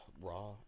raw